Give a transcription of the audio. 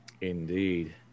indeed